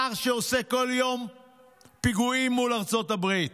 שר שעושה בכל יום פיגועים מול ארצות הברית.